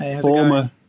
former